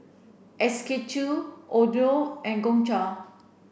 S K two Odlo and Gongcha